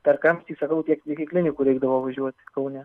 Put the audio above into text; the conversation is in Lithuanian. per kamštį sakau tiek iki klinikų reikdavo važiuoti kaune